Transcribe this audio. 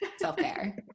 self-care